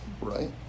right